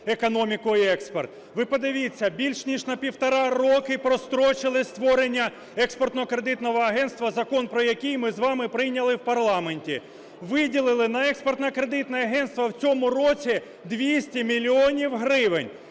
економіку і експорт. Ви подивіться, більш ніж на півтора роки прострочили створення Експортно-кредитного агентства, закон про яке ми з вами прийняли в парламенті. Виділили на Експортно-кредитне агентство в цьому році 200 мільйонів гривень.